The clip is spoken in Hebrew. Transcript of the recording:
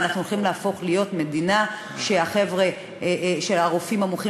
ואנחנו הולכים להפוך להיות מדינה שבה הרופאים המומחים